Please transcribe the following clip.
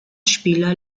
spieler